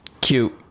Cute